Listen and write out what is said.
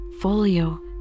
Folio